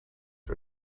for